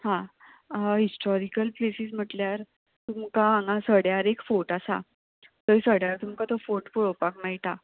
हां historical places म्हटल्यार तुमकां हांगा सड्यार एक फोर्ट आसा थंय सड्यार तुमकां तो फोर्ट पळोवपाक मेळटा